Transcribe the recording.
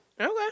Okay